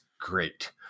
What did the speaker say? great